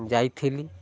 ଯାଇଥିଲି